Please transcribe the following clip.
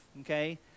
okay